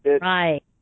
Right